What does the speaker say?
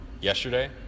yesterday